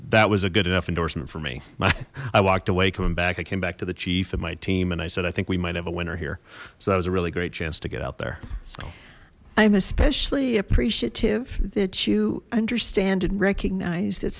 that was a good enough endorsement for me my i walked away coming back i came back to the chief and my team and i said i think we might have a winner here so that was a really great chance to get out there i'm especially appreciative that you understand and recognize that